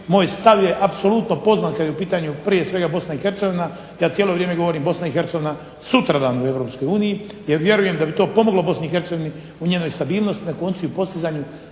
Moj stav je apsolutno poznat kad je u pitanju prije svega Bosna i Hercegovina. Ja cijelo vrijeme govorim Bosna i Hercegovina sutradan u Europskoj uniji, jer vjerujem da bi to pomoglo Bosni i Hercegovini u njenoj stabilnosti na koncu i postizanju